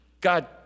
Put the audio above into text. God